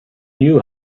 knew